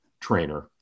trainer